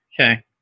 Okay